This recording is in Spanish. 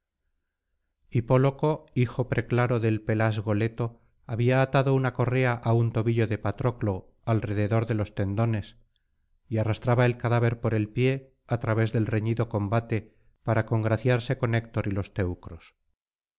hipóloco hijo preclaro del pelasgo leto había atado una correa á un tobillo de patroclo alrededor de los tendones y arrastraba el cadáver por el pie á través del reñido combate para congraciarse con héctor y los teucros